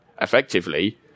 effectively